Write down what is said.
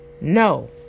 No